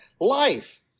Life